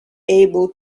able